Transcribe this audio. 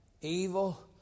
Evil